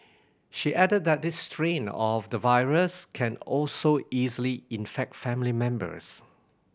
she added that this strain of the virus can also easily infect family members